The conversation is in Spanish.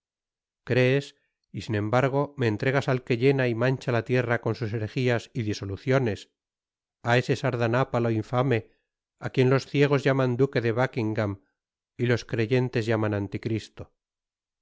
crees y sin embargo me entregas al que llena y mancha la tierra con sus herejias y disoluciones á ese sardanápalo infame á quien los ciegos llaman duque de buckingam y los creyentes llaman anti cristo